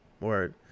Word